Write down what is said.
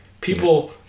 people